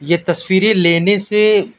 یہ تصویریں لینے سے